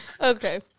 Okay